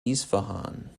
isfahan